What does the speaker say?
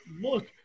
look